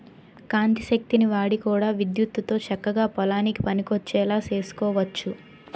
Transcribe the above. కాంతి శక్తిని వాడి కూడా విద్యుత్తుతో చక్కగా పొలానికి పనికొచ్చేలా సేసుకోవచ్చు